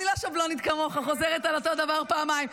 אני לא שבלונית כמוך, חוזרת על אותו דבר פעמיים.